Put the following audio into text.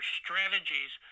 strategies